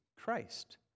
Christ